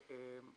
זה